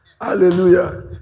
hallelujah